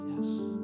yes